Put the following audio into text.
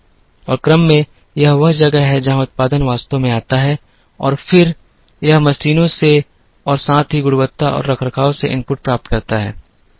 और क्रम में यह वह जगह है जहां उत्पादन वास्तव में आता है और फिर यह मशीनों से और साथ ही गुणवत्ता और रखरखाव से इनपुट प्राप्त करता है